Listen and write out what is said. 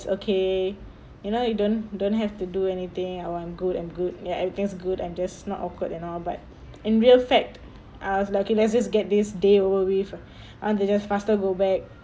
it's okay you know you don't don't have to do anything oh I'm good I'm good ya everything's good I'm just not awkward and all but in real fact I was like let's just get this day over with ah and we just faster go back